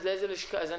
אז לאיזה אגף?